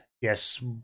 yes